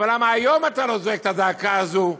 אבל למה היום אתה לא זועק את הזעקה הזאת,